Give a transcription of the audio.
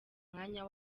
umwanya